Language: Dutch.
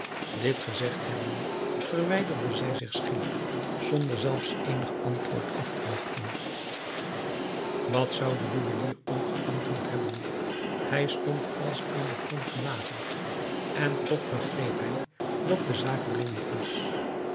dit gezegd hebbende verwijderde zij zich schielijk zonder zelfs eenig antwoord af te wachten wat zou de juwelier ook geantwoord hebben hij stond als aan den grond genageld en toch begreep hij dat de zaak dringend was